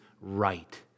right